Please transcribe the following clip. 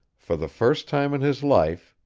for the first time in his life,